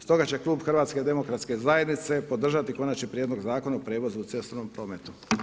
Stoga će klub HDZ-a podržati Konačni prijedlog Zakona o prijevoz u cestovnom prometu.